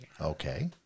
Okay